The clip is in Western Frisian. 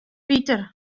piter